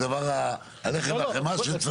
זה הלחם והחמאה שצריך.